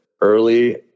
early